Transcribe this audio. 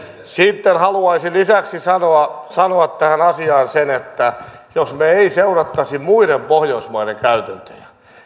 sitten haluaisin lisäksi sanoa sanoa tähän asiaan sen että jos me emme seuraisi muiden pohjoismaiden käytäntöjä